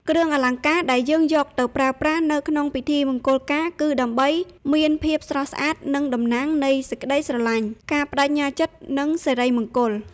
"គ្រឿងអលង្ការដែលយើងយកទៅប្រើប្រាស់នៅក្នុងពិធីមង្គលការគឺដើម្បីមានភាពស្រស់ស្អាត និង តំណាងនៃសេចក្ដីស្រឡាញ់ ការប្តេជ្ញាចិត្ត និង សិរីមង្គល។ "